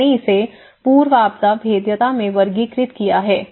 मैंने इसे पूर्व आपदा भेद्यता में वर्गीकृत किया है